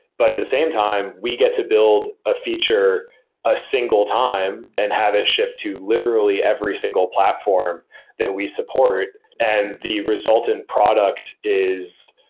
but at the same time, we get to build a feature a single time and have it shipped to literally every single platform that we support, and the result in product is,